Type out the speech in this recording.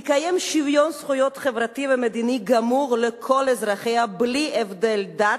תקיים שוויון זכויות חברתי ומדיני גמור לכל אזרחיה בלי הבדל דת,